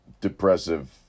depressive